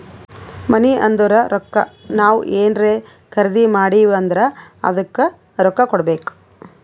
ಮನಿ ಅಂದುರ್ ರೊಕ್ಕಾ ನಾವ್ ಏನ್ರೇ ಖರ್ದಿ ಮಾಡಿವ್ ಅಂದುರ್ ಅದ್ದುಕ ರೊಕ್ಕಾ ಕೊಡ್ಬೇಕ್